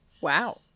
Wow